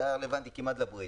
זה היה רלוונטי כמעט לברית.